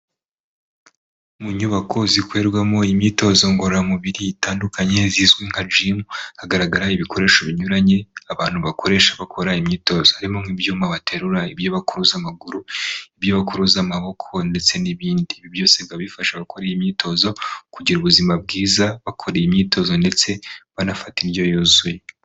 Mu nyubako zikorerwamo imyitozo ngororamubiri zitandukanye zizwi nka gym, hagaragara ibikoresho binyuranye abantu bakoresha bakora imyitozo. Harimo nk'ibyuma baterura, ibyo bakuruza amaguru, ibyo bakuruza amaboko ndetse n'ibindi. Ibi byose bikaba bifasha gukora iyi myitozo, kugira ubuzima bwiza bakora iyi myitozo ndetse banafata indyo yuzuye.